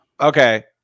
okay